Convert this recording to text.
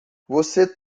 você